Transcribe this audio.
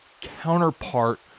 counterpart